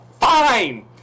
Fine